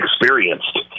experienced